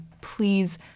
please